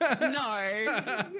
No